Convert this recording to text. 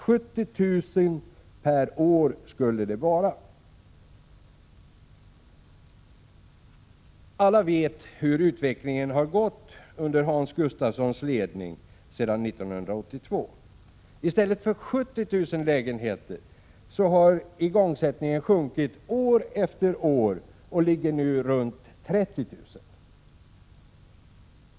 70 000 per år skulle det vara. Alla vet hur utvecklingen har gått under Hans Gustafssons ledning 4 sedan 1982. I stället för 70 000 lägenheter per år har igångsättningen sjunkit år efter år och ligger nu runt 30 000.